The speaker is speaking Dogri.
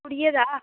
कुड़ियै दा